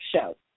show